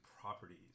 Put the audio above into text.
Properties